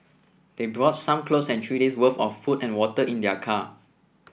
they brought some clothes and three days worth of food and water in their car